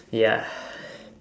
ya